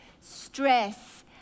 stress